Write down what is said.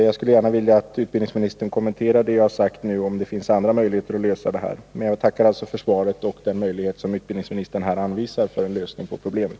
Jag skulle gärna vilja att utbildningsministern kommenterar det jag sagt nu och anger om det finns andra möjligheter att lösa detta problem. Men jag tackar alltså för svaret och för den möjlighet som utbildningsministern här anvisar för en lösning på problemet.